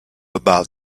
about